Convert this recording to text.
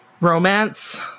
romance